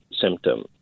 symptom